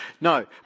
No